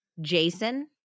Jason